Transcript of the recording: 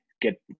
get